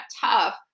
tough